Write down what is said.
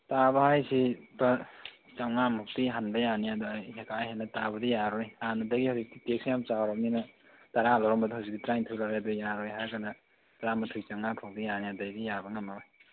ꯇꯥꯕ ꯍꯥꯏꯁꯤ ꯂꯨꯄꯥ ꯆꯃꯉꯥ ꯃꯨꯛꯇꯤ ꯍꯟꯕ ꯌꯥꯅꯤ ꯑꯗꯣ ꯑꯩ ꯀꯥ ꯍꯦꯟꯅ ꯇꯥꯕꯗꯤ ꯌꯥꯔꯔꯣꯏ ꯍꯥꯟꯅꯗꯒꯤ ꯍꯧꯖꯤꯛꯇꯤ ꯇꯦꯛꯁ ꯌꯥꯝꯅ ꯆꯥꯎꯔꯕꯅꯤꯅ ꯇꯥꯔꯥ ꯂꯧꯔꯝꯕꯗꯣ ꯍꯧꯖꯤꯛꯇꯤ ꯇꯔꯥꯅꯤꯊꯣꯏ ꯂꯧꯔꯦ ꯑꯗꯣ ꯌꯥꯔꯣꯏ ꯍꯥꯏꯔꯒꯅ ꯇꯔꯥꯃꯥꯊꯣꯏ ꯆꯃꯉꯥ ꯐꯥꯎꯕꯗꯤ ꯌꯥꯅꯤ ꯑꯗꯨꯗꯩꯗꯤ ꯌꯥꯕ ꯉꯝꯃꯔꯣꯏ